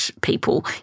people